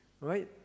right